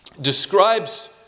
describes